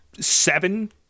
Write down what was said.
seven